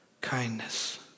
kindness